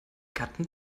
gatten